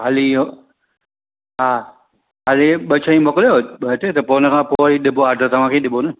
हाली इहो हा हाली इहे ॿ शयूं मोकिलियो ॿ टे त पोइ उनखां पोइ वरी ॾिबो ऑडर तव्हांखे ई ॾिबो न